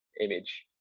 image